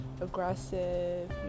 aggressive